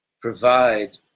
provide